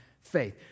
faith